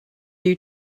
you